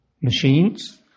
machines